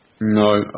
No